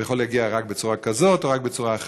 הוא יכול להגיע רק בצורה כזו או רק בצורה אחרת.